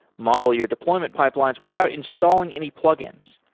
model your deployment pipelines without installing any plug-ins.